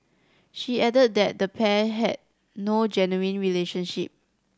she added that the pair had no genuine relationship